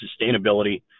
sustainability